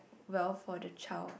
well for the child